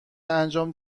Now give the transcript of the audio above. انجام